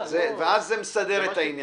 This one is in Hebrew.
ואז זה מסדר את העניין.